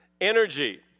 energy